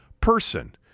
person